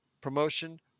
promotion